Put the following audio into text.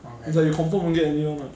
is like you confirm would get in [one] [what]